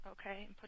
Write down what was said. okay